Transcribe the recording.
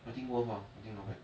I think worth ah I think not bad